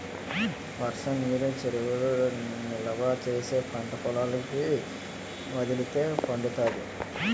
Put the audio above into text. వర్షంనీరు చెరువులలో నిలవా చేసి పంటపొలాలకి వదిలితే పండుతాది